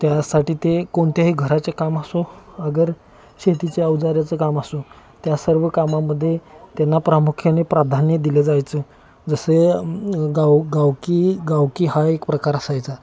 त्यासाठी ते कोणत्याही घराचे काम असो अगर शेतीच्या अवजाराचं काम असो त्या सर्व कामामध्ये त्यांना प्रामुख्याने प्राधान्य दिलं जायचं जसे गाव गावकी गावकी हा एक प्रकार असायचा